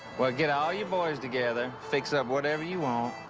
well, get all your boys together, fix up whatever you want,